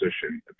position